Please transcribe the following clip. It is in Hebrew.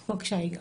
בבקשה, יגאל.